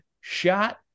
shot